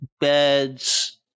beds